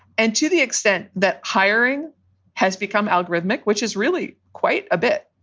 and to the extent that hiring has become algorithmic, which is really quite a bit,